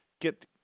get –